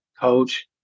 coach